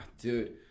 dude